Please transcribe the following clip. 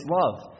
love